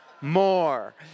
more